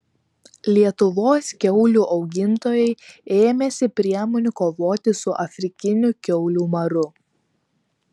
lietuvos kiaulių augintojai ėmėsi priemonių kovoti su afrikiniu kiaulių maru